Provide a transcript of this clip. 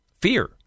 fear